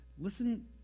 listen